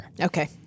Okay